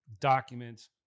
documents